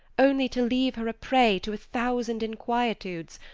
only to leave her a prey to a thousand inquietudes,